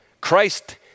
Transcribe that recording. Christ